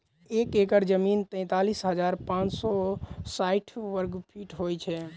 एक एकड़ जमीन तैँतालिस हजार पाँच सौ साठि वर्गफीट होइ छै